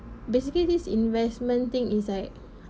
basically this investment thing inside